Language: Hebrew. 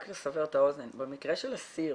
רק לסבר את האוזן במקרה של אסיר